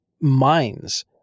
minds